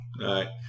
right